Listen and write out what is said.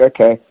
okay